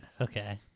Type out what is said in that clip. Okay